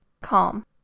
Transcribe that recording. calm